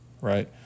right